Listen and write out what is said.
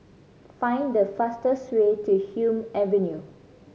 find the fastest way to Hume Avenue